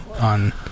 on